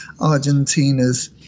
Argentina's